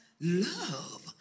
love